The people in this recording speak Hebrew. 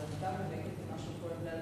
אבל מותר לי להגיד מה שכואב לי,